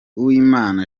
uwimana